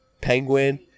Penguin